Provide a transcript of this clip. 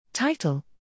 Title